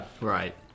Right